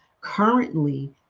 Currently